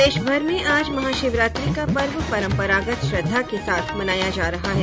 प्रदेशभर में आज महाशिवरात्रि का पर्व परम्परागत श्रद्धा के साथ मनाया जा रहा है